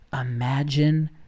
Imagine